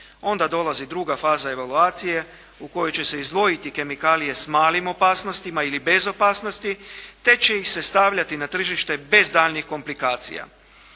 Onda dolazi druga faza evaluacije u kojoj će se izdvojiti kemikalije s malim opasnostima ili bez opasnosti te će ih se stavljati na tržište bez daljnjih komplikacija.